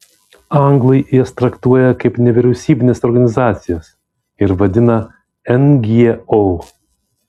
anglai jas traktuoja kaip nevyriausybines organizacijas ir vadina ngo